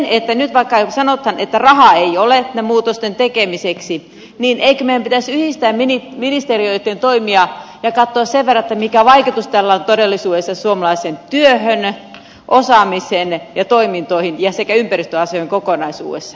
vaikka nyt sanotaan että rahaa ei ole muutosten tekemiseksi niin eikö meidän pitäisi yhdistää ministeriöitten toimia ja katsoa sen verran mikä vaikutus tällä on todellisuudessa suomalaiseen työhön osaamiseen ja toimintoihin sekä ympäristöasioihin kokonaisuudessaan